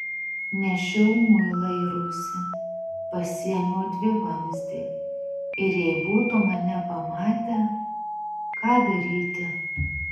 nešiau muilą į rūsį pasiėmiau dvivamzdį ir jei būtų mane pamatę ką daryti